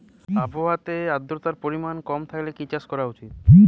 আবহাওয়াতে আদ্রতার পরিমাণ কম থাকলে কি চাষ করা উচিৎ?